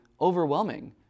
overwhelming